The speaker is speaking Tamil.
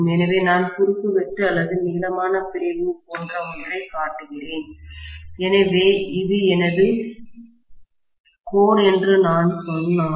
எனவே நான் குறுக்கு வெட்டு அல்லது நீளமான பிரிவு போன்ற ஒன்றைக் காட்டுகிறேன் எனவே இது எனது கோர் என்று நான் சொன்னால்